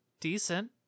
decent